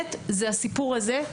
באמת זה הסיפור הזה.